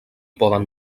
poden